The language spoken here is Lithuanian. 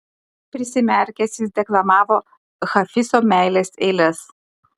prisimerkęs jis deklamavo hafizo meilės eiles